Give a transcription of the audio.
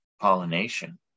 pollination